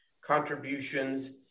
contributions